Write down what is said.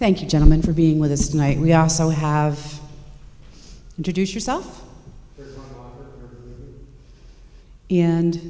thank you gentlemen for being with us tonight we also have introduce yourself and